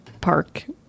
Park